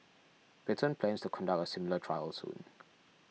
Britain plans to conduct a similar trial soon